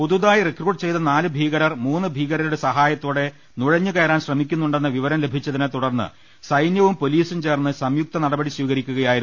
പുതുതായി റിക്രൂട്ട് ചെയ്ത നാല് ഭീകരർ മൂന്ന് ഭീകരുടെ സഹായ ത്തോടെ നുഴഞ്ഞ് കയറാൻ ശ്രമിക്കുന്നുണ്ടെന്ന് വിവരം ലഭിച്ചതിനെ തുടർന്ന് സൈന്യവും പൊലീസും ചേർന്ന് സംയുക്ത നടപടി സ്ഥീകരി ക്കുകയായിരുന്നു